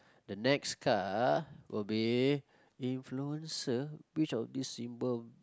the next card would be influencer which of these symbol